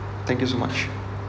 thank you so much